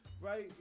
Right